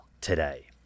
today